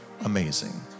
amazing